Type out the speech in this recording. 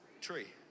tree